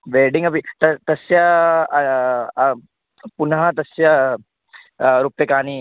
wedding अपि तद् तस्य पुनः तस्य रूप्यकाणि